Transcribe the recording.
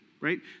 right